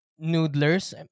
noodlers